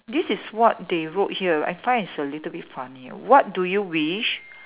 this is what they wrote here I find it's a little bit funny what do you wish